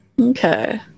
Okay